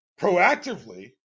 proactively